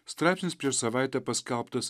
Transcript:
straipsnis prieš savaitę paskelbtas